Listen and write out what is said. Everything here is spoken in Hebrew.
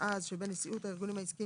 התשע"ז (29 במרץ 2017) שבין נשיאות הארגונים העסקיים